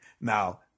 Now